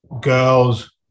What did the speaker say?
girls